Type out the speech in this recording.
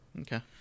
Okay